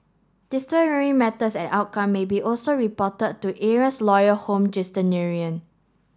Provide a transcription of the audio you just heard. disciplinary matters and outcome maybe also be reported to errant's lawyer home